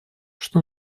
что